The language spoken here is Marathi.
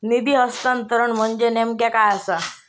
निधी हस्तांतरण म्हणजे नेमक्या काय आसा?